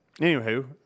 Anywho